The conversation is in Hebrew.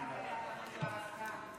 אתם מנצלים את המקרה של החטופים.